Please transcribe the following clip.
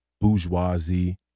bourgeoisie